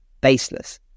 baseless